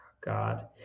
God